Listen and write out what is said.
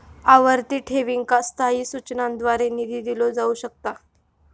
आवर्ती ठेवींका स्थायी सूचनांद्वारे निधी दिलो जाऊ शकता